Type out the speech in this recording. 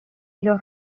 los